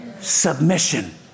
Submission